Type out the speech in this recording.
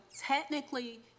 technically